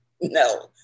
No